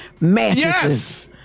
mattresses